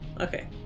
Okay